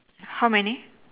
how many